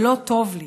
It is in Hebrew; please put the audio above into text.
זה לא טוב לי,